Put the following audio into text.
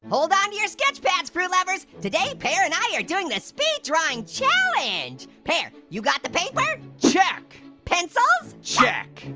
hold onto your sketch pads, fruit lovers. today, pear and i are doing the speed drawing challenge. pear, you got the paper? check. pencils? check.